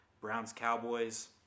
Browns-Cowboys